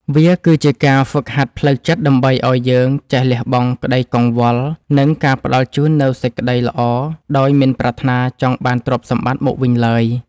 វាគឺជាការហ្វឹកហាត់ផ្លូវចិត្តដើម្បីឱ្យយើងចេះលះបង់ក្តីកង្វល់ និង ការផ្តល់ជូននូវសេចក្តីល្អដោយមិនប្រាថ្នាចង់បានទ្រព្យសម្បត្តិមកវិញឡើយ។